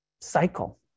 cycle